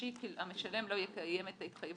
ממשי כי המשלם לא יקיים את ההתחייבות